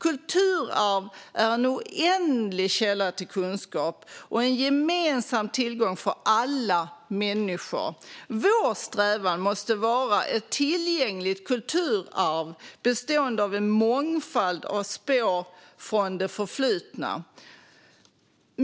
Kulturarv är en oändlig källa till kunskap och en gemensam tillgång för alla människor. Vår strävan måste vara ett tillgängligt kulturarv bestående av en mångfald av spår från det förflutna.